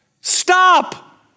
Stop